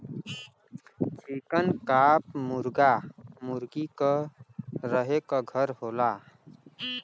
चिकन coop मुरगा मुरगी क रहे क घर होला